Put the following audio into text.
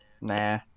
Nah